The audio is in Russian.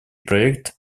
проект